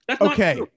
Okay